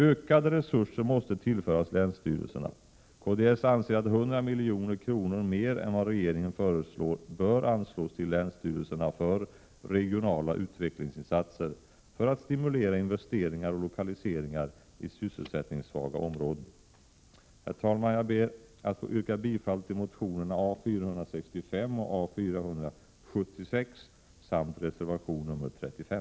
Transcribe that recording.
Ökade resurser måste tillföras länsstyrelserna. Kds anser att 100 milj.kr. mer än vad regeringen föreslår bör anslås till länsstyrelsrna för Regionala utvecklingsinsatser, för att stimulera investeringar och lokaliseringar i sysselsättningssvaga områden. Herr talman! Jag ber att få yrka bifall till motionerna A465 och A476 samt reservation nr 35.